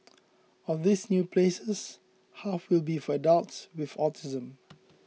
of these new places half will be for adults with autism